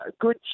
good